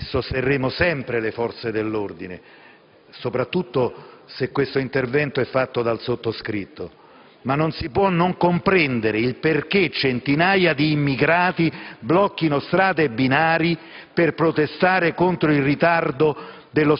e sosterremo sempre le forze dell'ordine - soprattutto quando ad intervenire è il sottoscritto - ma non si può non comprendere il perché centinaia di immigrati blocchino strade e binari per protestare contro il ritardo